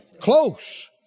Close